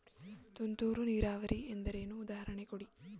ತುಂತುರು ನೀರಾವರಿ ಎಂದರೇನು, ಉದಾಹರಣೆ ಕೊಡಿ?